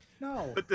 No